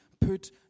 put